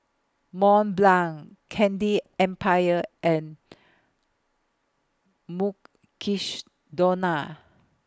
Mont Blanc Candy Empire and Mukshidonna